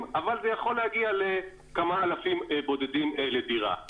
אבל זה יכול להגיע לכמה אלפים בודדים לדירה.